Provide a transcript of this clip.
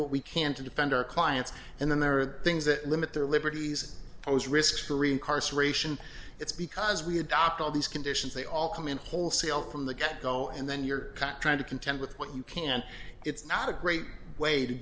what we can to defend our clients and then there are things that limit their liberties i was risk free incarceration it's because we adopt all these conditions they all come in wholesale from the get go and then you're caught trying to contend with what you can it's not a great way to